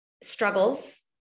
struggles